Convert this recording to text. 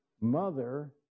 mother